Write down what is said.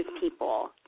people